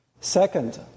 Second